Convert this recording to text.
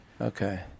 Okay